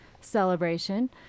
celebration